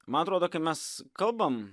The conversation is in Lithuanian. man atrodo kad mes kalbam